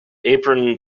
apron